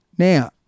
Now